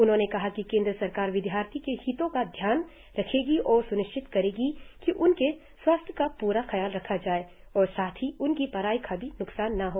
उन्होंने कहा कि केन्द्र सरकार विद्यार्थियों के हितों का ध्यान रखेगी और सुनिश्चित करेगी कि उनके स्वास्थ्य का पूरा ख्याल रखा जाए और साथ ही उनकी पढाई का भी न्कसान न हो